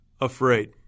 afraid